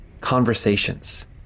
conversations